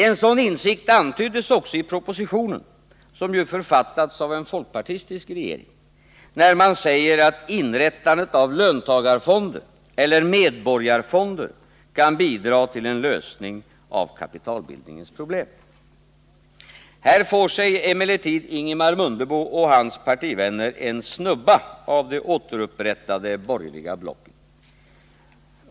En sådan insikt antyddes också i propositionen, som ju författats av en folkpartistisk regering, där man säger att inrättandet av löntagarfonder eller medborgarfonder kan bidra till en lösning av kapitalbildningens problem. Här får sig emellertid Ingemar Mundebo och hans partivänner en snubba av det återupprättade borgerliga blocket.